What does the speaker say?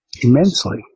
immensely